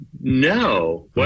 No